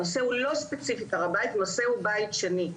הנושא של ספציפית הר הבית, הנושא הוא בית שני.